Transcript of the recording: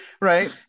right